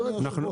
זה הכול.